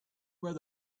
where